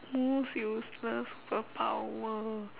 most useless superpower